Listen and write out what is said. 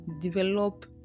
develop